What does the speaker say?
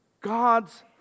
God's